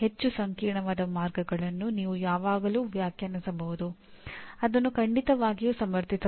ಕಲಿಕೆಯ ಗುಣಮಟ್ಟದಲ್ಲಿ ನಿರಂತರ ಸುಧಾರಣೆಯೇ ಪ್ರಸ್ತುತ ಎನ್ಬಿಎ ಮಾನ್ಯತೆಯ ಸಾರವನ್ನು ನಿರೂಪಿಸುತ್ತದೆ